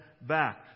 back